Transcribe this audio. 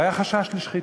והיה חשש לשחיתות.